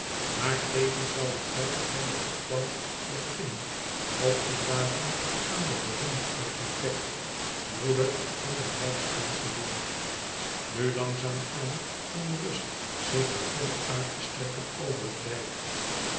maar tevens zoû het werk van den opbouw beginnen opgedragen aan den beroemden architect broeder van den rijkskanselier nu langzaam aan een rust zich begon uit te strekken over het rijk